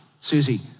Susie